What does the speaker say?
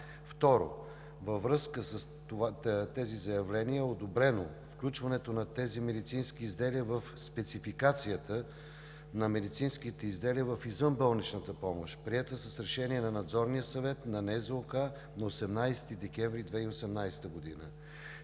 2. Във връзка с тези заявления е одобрено включването на тези медицински изделия в спецификацията на медицинските изделия в извънболничната помощ, приета с Решение на Надзорния съвет на НЗОК на 18 декември 2018 г.